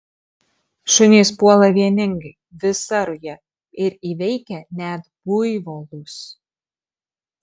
šunys puola vieningai visa ruja ir įveikia net buivolus